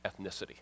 ethnicity